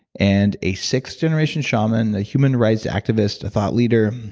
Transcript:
and a sixth generation shaman, a human rights activist, a thought leader,